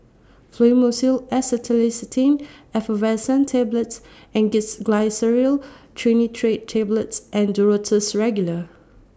Fluimucil Acetylcysteine Effervescent Tablets Angised Glyceryl Trinitrate Tablets and Duro Tuss Regular